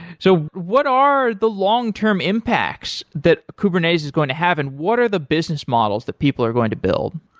so what are the long-term impacts that kubernetes is going to have and what are the business models that people are going to build?